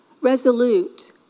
Resolute